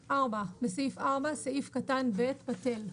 (4) בסעיף 4, סעיף קטן (ב) בטל,